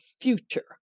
future